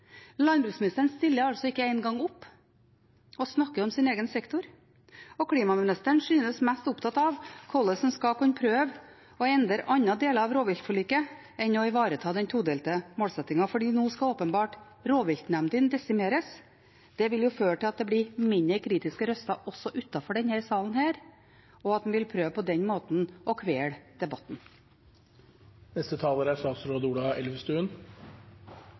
Landbruksministeren stiller ikke engang opp og snakker om sin egen sektor, og klimaministeren synes mer opptatt av hvordan han skal kunne endre andre deler av rovviltforliket, enn å ivareta den todelte målsettingen. For nå skal åpenbart rovviltnemndene desimeres. Det vil føre til at det blir færre kritiske røster også utenfor denne salen, og at en på den måten vil prøve å kvele